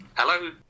Hello